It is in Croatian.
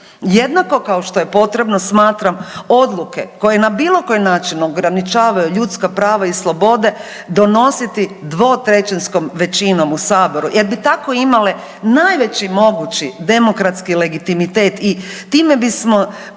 Jednako kao što je potrebno smatram odluke koje na bilo koji način ograničavaju ljudska prava i slobode donositi dvotrećinskom većinom u saboru jer bi tako imale najveći mogući demokratski legitimitet i time bismo povećali